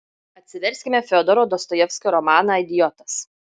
atsiverskime fiodoro dostojevskio romaną idiotas